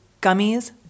Gummies